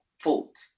fault